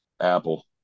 apple